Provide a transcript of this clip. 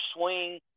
swing